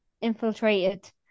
infiltrated